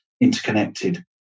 interconnected